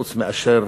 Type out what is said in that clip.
חוץ מאשר